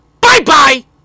Bye-bye